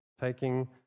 taking